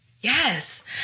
Yes